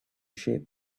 shape